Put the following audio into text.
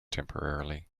temporarily